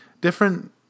different